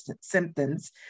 symptoms